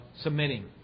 submitting